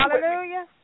Hallelujah